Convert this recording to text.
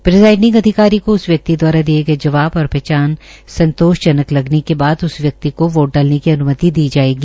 presiding अधिकारी को उस व्यक्ति द्वारा दिए गए जवाब और पहचान संतोषजनक लगने के बाद उस व्यक्ति को वोट डालने की अनुमति दी जाएगी